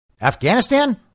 afghanistan